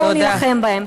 בואו נילחם בהם.